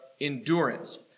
endurance